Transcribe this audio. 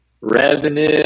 revenue